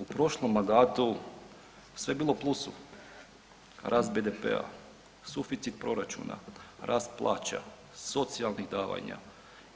U prošlom mandatu, sve je bilo u plusu, rast BDP-a, suficit proračuna, rast plaća, socijalnih davanja